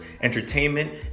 entertainment